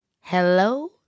Hello